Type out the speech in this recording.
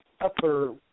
upper